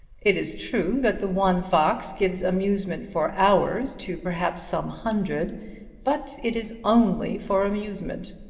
it is true that the one fox gives amusement for hours to perhaps some hundred but it is only for amusement.